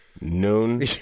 noon